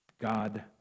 God